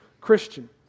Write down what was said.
Christian